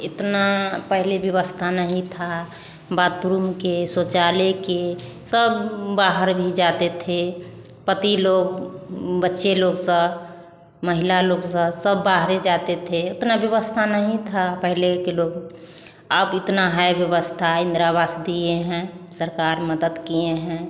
इतनी पहले व्यवस्था नही थी बाथरूम के शौचालय के सब बाहर भी जाते थे पति लोग बच्चे लोग स महिला लोग स सब बाहर ही जाते थे उतना व्यवस्था नही था पहले के लोग अब इतना है व्यवस्था इंदिरा आवास दिए है सरकार मदद किये है